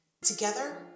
Together